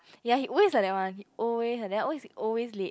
ya he always like that one he always like that he always he always late